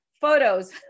Photos